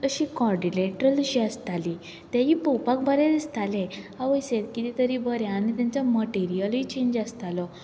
अशी क्वॉड्रीलेटरल अशी आसताली तेयी पळोवपाक बरें दिसताले आवयस हें किदें तरी बरें आनी तेंचे मटेरियल चेंज आसतालो